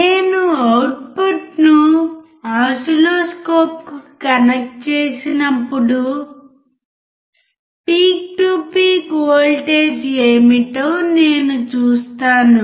నేను అవుట్పుట్ను ఓసిల్లోస్కోప్కు కనెక్ట్ చేసినప్పుడు పీక్ టు పీక్ వోల్టేజ్ ఏమిటో నేను చూస్తాను